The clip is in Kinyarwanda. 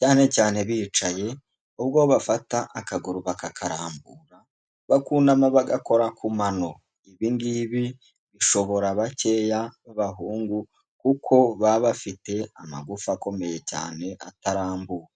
cyane cyane bicaye, ubwo bafata akaguru bakakarambura, bakunama bagakora ku mano; ibi ngibi bishobora bakeya b'abahungu, kuko baba bafite amagufa akomeye cyane atarambuka.